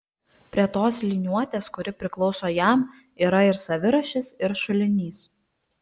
prie tos liniuotės kuri priklauso jam yra ir savirašis ir šulinys